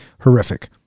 horrific